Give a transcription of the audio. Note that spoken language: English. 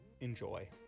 enjoy